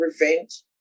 revenge